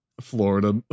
florida